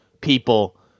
people